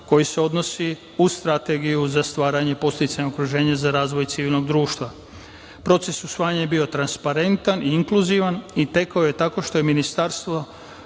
koji se odnosi u Strategiju za stvaranje podsticajnog okruženja za razvoj civilnog društva. Proces usvajanja je bio transparentan, inkluzivan i tekao je tako što je ministarstvo